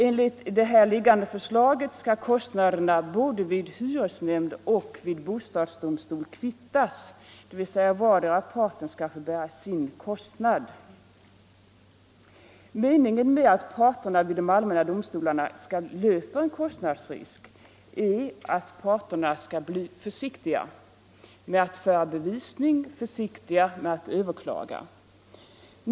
Enligt föreliggande förslag skall kostnaderna både vid hyresnämnd och vid bostadsdomstol kvittas, dvs. vardera parten skall bära sin kostnad. Meningen med att parterna vid de allmänna domstolarna löper en kostnadsrisk är att parterna skall bli försiktiga med att processa, med att föra bevisning och med att överklaga.